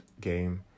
game